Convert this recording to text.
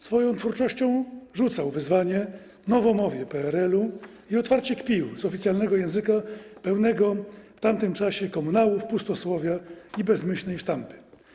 Swoją twórczością rzucał wyzwanie nowomowie PRL-u i otwarcie kpił z oficjalnego języka, w tamtym czasie pełnego komunałów, pustosłowia i bezmyślnej sztampy.